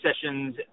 sessions